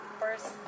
first